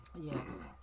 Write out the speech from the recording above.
Yes